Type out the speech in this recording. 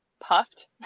puffed